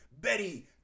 Betty